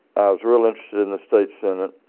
was really interested in the state senate